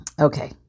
okay